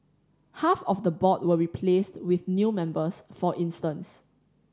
half of the board were replaced with new members for instance